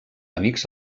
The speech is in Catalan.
amics